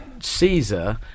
Caesar